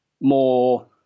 more